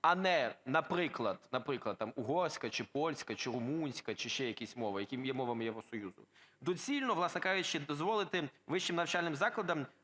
а не, наприклад, там угорська чи польська, чи румунська, чи ще якісь мови, які є мовами Євросоюзу. Доцільно, власне кажучи, дозволити вищим навчальним закладам